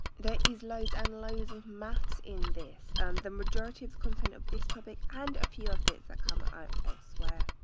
there is loads and loads of maths in this, and the majority of content of this topic and a few other bits that come out elsewhere.